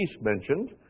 mentioned